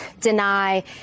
deny